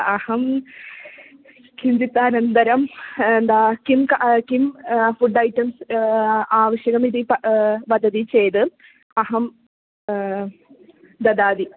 अहं किञ्चित् अनन्तरं किं किं फ़ुड् ऐटम्स् आवश्यकम् इति वदति चेद् अहं ददामि